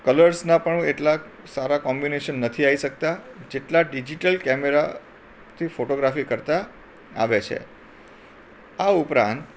કલર્સનાં પણ એટલા સારા કોમ્બિનેશન નથી આવી શકતાં જેટલાં ડિજિટલ કેમેરાથી ફોટોગ્રાફી કરતા આવે છે આ ઉપરાંત